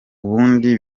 ubundi